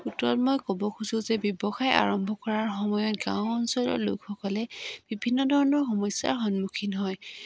উত্তৰত মই ক'ব খোজো যে ব্যৱসায় আৰম্ভ কৰাৰ সময়ত গাঁও অঞ্চলৰ লোকসকলে বিভিন্ন ধৰণৰ সমস্যাৰ সন্মুখীন হয়